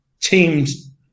teams